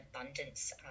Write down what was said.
abundance